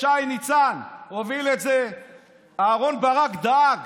שי ניצן הוביל את זה, אהרן ברק דאג